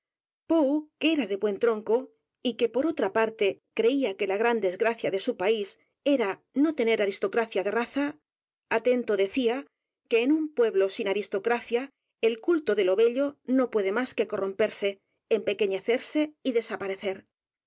que era de buen tronco y que por otra p a r t e creía que la g r a n desgracia dé su país era no tener aristocracia de raza atento decía que en un pueblo sin aristocracia el culto de lo bello no puede más que corromperse empequeñecerse y desaparecer